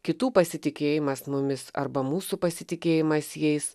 kitų pasitikėjimas mumis arba mūsų pasitikėjimas jais